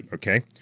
okay?